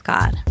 God